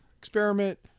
experiment